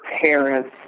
parents